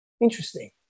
interesting